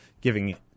giving